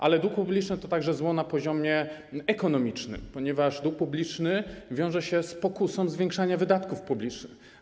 Ale dług publiczny to także zło na poziomie ekonomicznym, ponieważ dług publiczny wiąże się z pokusą zwiększania wydatków publicznych.